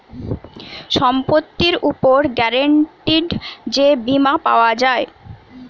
সম্পত্তির উপর গ্যারান্টিড যে বীমা পাওয়া যায়